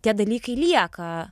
tie dalykai lieka